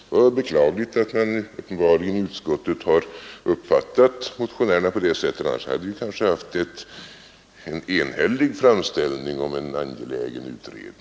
Det var beklagligt att man i utskottet uppenbarligen har uppfattat motionerna på det sättet. Annars hade vi kanske haft en enhällig framställning om en angelägen utredning.